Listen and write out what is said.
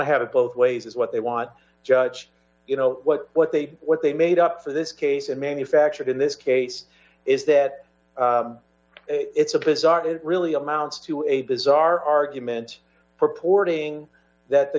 to have it both ways is what they want judge you know what what they what they made up for this case and manufactured in this case is that it's a bizarre it really amounts to a bizarre argument for porting that the